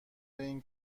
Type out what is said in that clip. این